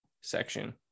section